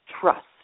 trust